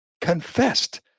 confessed